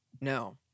No